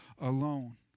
alone